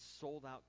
sold-out